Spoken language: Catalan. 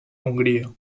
hongria